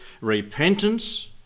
repentance